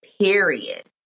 period